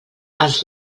els